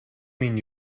mean